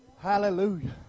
Hallelujah